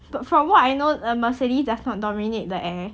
but from what I know a Mercedes does not dominate the air